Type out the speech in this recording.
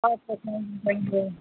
okay fine thank you